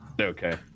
Okay